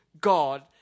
God